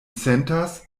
sentas